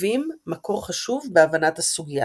מהווים מקור חשוב בהבנת הסוגיה.